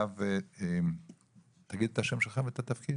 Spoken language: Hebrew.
בבקשה, דבר המנופאים.